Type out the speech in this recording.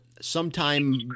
sometime